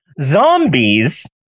Zombies